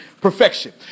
perfection